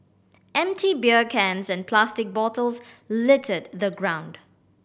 empty beer cans and plastic bottles littered the ground